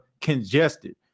congested